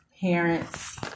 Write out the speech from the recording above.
parents